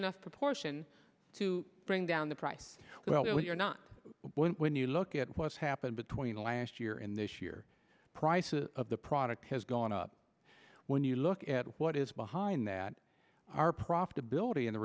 enough proportion to bring down the price well if you're not when you look at what's happened between last year and this year prices of the product has gone up when you look at what is behind that our profitability in the